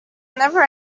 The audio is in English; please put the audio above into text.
never